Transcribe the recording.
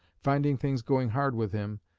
finding things going hard with him,